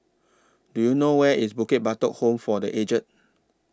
Do YOU know Where IS Bukit Batok Home For The Aged